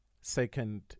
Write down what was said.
second